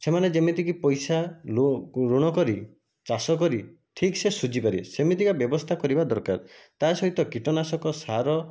ସେମାନେ ଯେମିତିକି ପଇସା ଋଣ କରି ଚାଷ କରି ଠିକ ସେ ଶୁଝି ପାରିବେ ସେମିତିକା ବ୍ୟବସ୍ଥା କରିବା ଦରକାର ତା' ସହିତ କୀଟନାଶକ ସାର